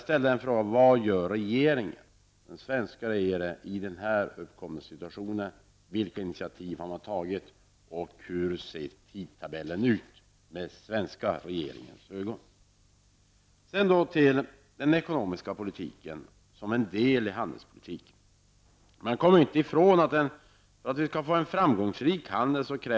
Men vad gör den svenska regeringen i den uppkomna situationen? Vilka initiativ har man tagit, och hur ser tidtabellen ut med den svenska regeringens ögon? Den ekonomiska politiken är en del i handelspolitiken. Man kommer inte ifrån att det krävs en stabil hemmafront för att vi skall få en framgångsrik handel.